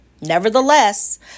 Nevertheless